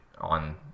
on